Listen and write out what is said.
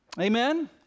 Amen